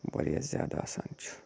واریاہ زیادٕ آسان چھُ